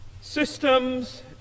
systems